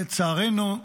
לצערנו,